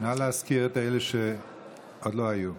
נא להזכיר את אלה שעוד לא היו.